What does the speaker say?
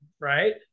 right